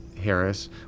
Harris